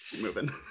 moving